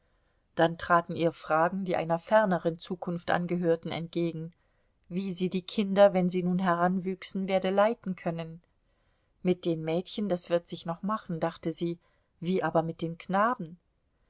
dann traten ihr fragen die einer ferneren zukunft angehörten entgegen wie sie die kinder wenn sie nun heranwüchsen werde leiten können mit den mädchen das wird sich noch machen dachte sie wie aber mit den knaben